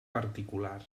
particular